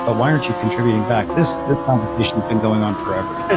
but why aren't you contributing back? this conversation has been going on forever.